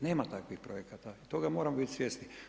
Nema takvih projekata, toga moramo biti svjesni.